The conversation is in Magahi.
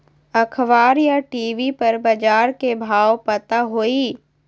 अखबार या टी.वी पर बजार के भाव पता होई?